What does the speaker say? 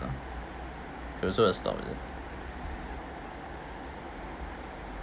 also the stop is it